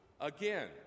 Again